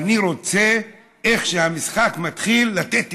אני רוצה, איך שהמשחק מתחיל, לתת בליץ,